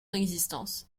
existence